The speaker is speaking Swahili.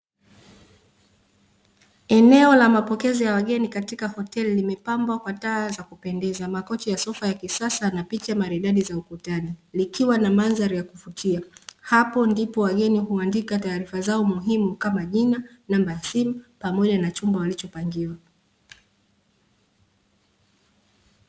Eneo la mapokezi ya wageni katika hoteli limepambwa kwa taa za kupendeza, makochi ya sofa ya kisasa na picha maridadi za ukutani, likiwa na mandhari ya kuvutia. Hapo ndipo wageni huandika taarifa zao muhimu kama jina, namba ya simu, pamoja na chumba walichopangiwa.